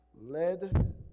led